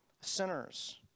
sinners